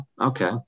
Okay